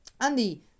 Andy